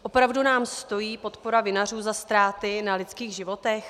Opravdu nám stojí podpora vinařů za ztráty na lidských životech?